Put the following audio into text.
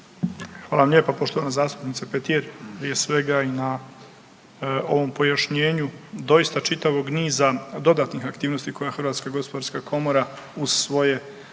Hvala lijepo poštovana zastupnice Petir. Prije svega i na ovom pojašnjenju doista čitavog niza dodatnih aktivnosti koja HGK uz svoje